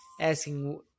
asking